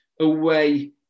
away